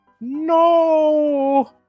No